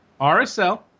RSL